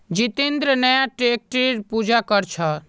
जितेंद्र नया ट्रैक्टरेर पूजा कर छ